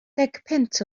decpunt